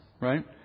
right